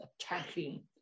attacking